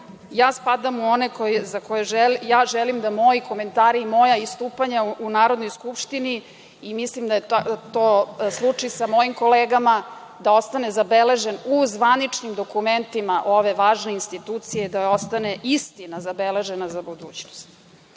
Ja spadam u one koji, ja želim da moji komentari i moja istupanja u Narodnoj skupštini, i mislim da je to slučaj sa mojim kolegama, da ostane zabeleženo u zvaničnim dokumentima ove važne institucije, da ostane istina zabeležena za budućnost.U